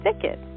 thicket